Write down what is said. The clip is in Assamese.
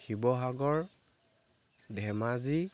শিৱসাগৰ ধেমাজি